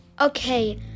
Okay